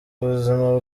buzima